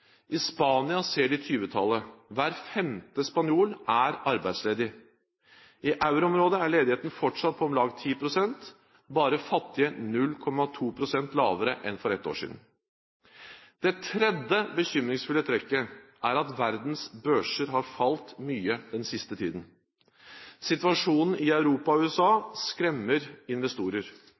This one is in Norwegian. I Spania ser de 20-tallet. Hver femte spanjol er arbeidsledig. I euroområdet er ledigheten fortsatt på om lag 10 pst. – bare fattige 0,2 pst. lavere enn for ett år siden. Det tredje bekymringsfulle trekket er at verdens børser har falt mye den siste tiden. Situasjonen i Europa og USA skremmer investorer.